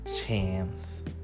chance